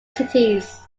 cities